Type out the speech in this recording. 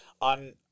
on